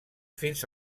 fins